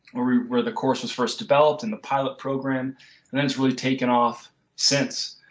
where the course was first developed in the pilot program and eventually taken off since.